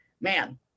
man